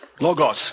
logos